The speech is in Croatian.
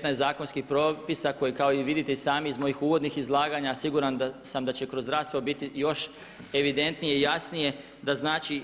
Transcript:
Petnaest zakonskih propisa koji kao što vidite i sami iz mojih uvodnih izlaganja siguran sam da će kroz raspravu biti još evidentnije i jasnije da znači